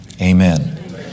Amen